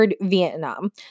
Vietnam